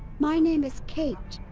my name is kate.